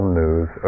news